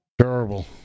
Terrible